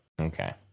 Okay